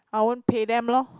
I won't pay them lor